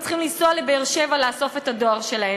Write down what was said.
הם צריכים לנסוע לבאר-שבע לאסוף את הדואר שלהם.